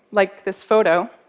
like this photo,